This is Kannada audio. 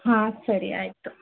ಹಾಂ ಸರಿ ಆಯಿತು